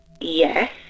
Yes